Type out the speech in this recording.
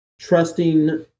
trusting